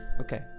Okay